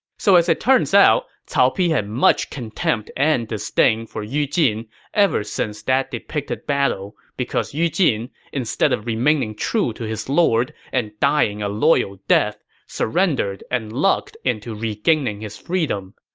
so as it turns out, cao pi had much contempt and disdain for yu jin ever since that depicted battle because yu jin, instead of remaining true to his lord and dying a loyal death, surrendered and lucked into regaining his freedom.